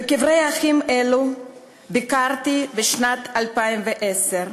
בקברי אחים אלה ביקרתי בשנת 2010,